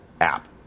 app